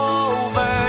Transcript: over